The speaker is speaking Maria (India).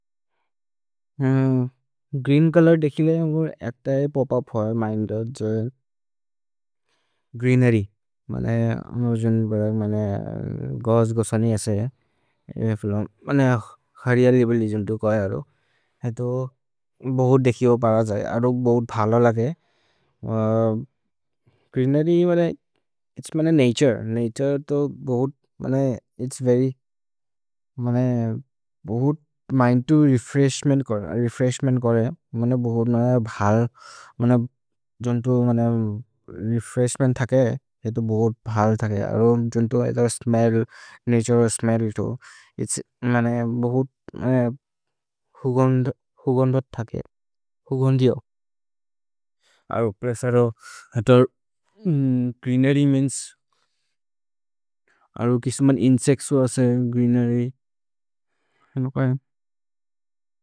Green colour देखिले एक् तए पोप्-उप् हुअ मैन् तए जो ग्रीनेर्य्। मने अनुजुन् बदर् मने गौज् गौसनि असे ए। मने खरिय लिबलि जुन्तो कोइ हरु। ए तो बहुत् देखि हो पर जये, अधोक् बहुत् भलो लगे। ग्रीनेर्य् मने, इत्'स् मने नतुरे। नतुरे तो बहुत्, मने इत्'स् वेर्य्, मने बहुत् मिन्द् तो रेफ्रेश्मेन्त् करे। रेफ्रेश्मेन्त् करे, मने बहुत् मने भल्। मने जुन्तो मने रेफ्रेश्मेन्त् थके, ए तो बहुत् भल् थके। अरो जुन्तो ए तो स्मेल्ल्, नतुरे तो स्मेल्ल् इत् हो। इत्'स् मने बहुत्, मने हुगोन्द्, हुगोन्द् थके। हुगोन्दियो। अरो प्रेस अरो, अतो ग्रीनेर्य् मेअन्स्। अरो किसुमने इन्सेच्त्स् हो असे ग्रीनेर्य्। अनु कोए।